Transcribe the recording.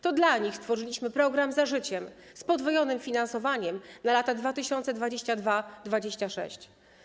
To dla nich stworzyliśmy program ˝Za życiem˝ z podwojonym finansowaniem na lata 2022-2026.